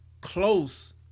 close